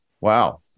Wow